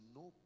no